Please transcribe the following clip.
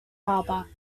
harbor